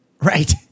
Right